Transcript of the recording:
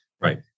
Right